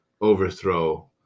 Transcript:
overthrow